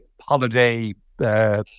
holiday